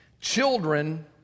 Children